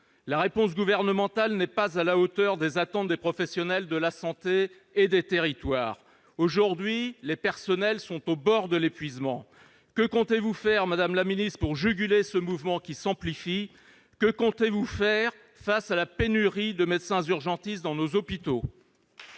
La réponse gouvernementale n'est pas à la hauteur des attentes des professionnels de la santé et des territoires. Aujourd'hui, les personnels sont au bord de l'épuisement. Que compte faire Mme la ministre pour juguler ce mouvement qui s'amplifie ? Que compte-t-elle faire, face à la pénurie de médecins urgentistes dans nos hôpitaux ?